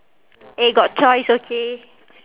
eh got choice okay